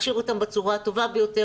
להכשיר אותם בצורה הטובה ביותר,